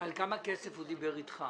על כמה כסף הוא דיבר איתך?